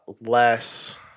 less